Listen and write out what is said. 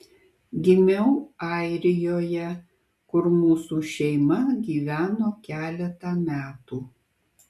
gimiau airijoje kur mūsų šeima gyveno keletą metų